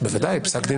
פסק דין